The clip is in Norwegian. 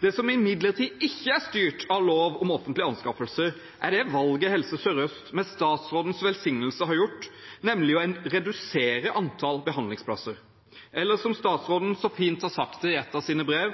Det som imidlertid ikke er styrt av lov om offentlige anskaffelser, er det valget Helse Sør-Øst, med statsrådens velsignelse har gjort, nemlig å redusere antall behandlingsplasser, eller som statsråden så fint har sagt det i et av sine brev: